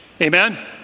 amen